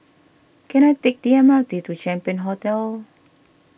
can I take the M R T to Champion Hotel